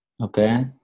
Okay